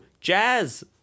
jazz